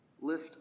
Lift